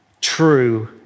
true